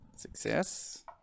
Success